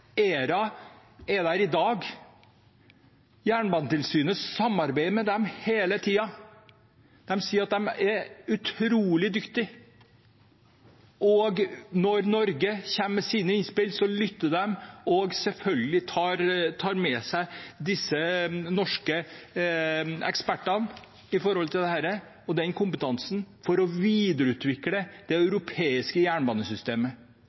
ERA som får noe mer myndighet. ERA er der i dag. Jernbanetilsynet samarbeider med dem hele tiden. De sier at de er utrolig dyktige, og når Norge kommer med innspill, lytter de og tar selvfølgelig med seg de norske